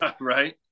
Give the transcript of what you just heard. Right